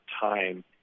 time